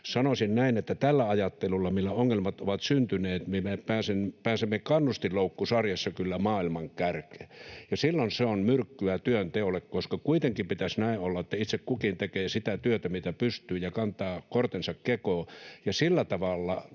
Sanoisin, että tällä ajattelulla, millä ongelmat ovat syntyneet, me pääsemme kannustinloukkusarjassa kyllä maailman kärkeen, ja silloin se on myrkkyä työnteolle, koska kuitenkin pitäisi olla niin, että itse kukin tekee sitä työtä, mitä pystyy, ja kantaa kortensa kekoon